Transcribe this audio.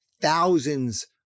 thousands